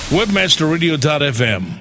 webmasterradio.fm